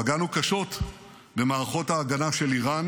פגענו קשות במערכות ההגנה של איראן